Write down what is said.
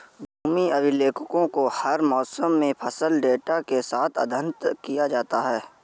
भूमि अभिलेखों को हर मौसम में फसल डेटा के साथ अद्यतन किया जाता है